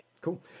cool